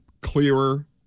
clearer